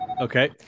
Okay